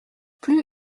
plus